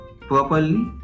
properly